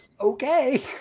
okay